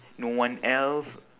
no one else